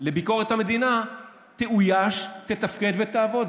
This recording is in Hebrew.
לביקורת המדינה תאויש, תתפקד ותעבוד.